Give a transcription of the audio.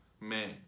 Man